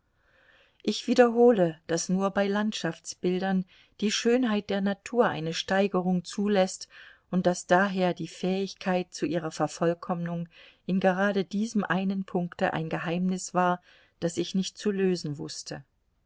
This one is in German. ich wiederhole daß nur bei landschaftsbildern die schönheit der natur eine steigerung zuläßt und daß daher die fähigkeit zu ihrer vervollkommnung in gerade diesem einen punkte ein geheimnis war das ich nicht zu lösen wußte